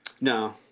no